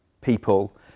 people